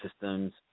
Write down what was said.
systems